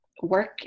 work